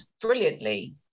brilliantly